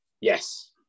Yes